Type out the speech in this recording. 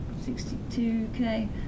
62K